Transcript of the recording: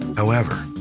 however,